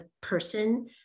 person